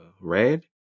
red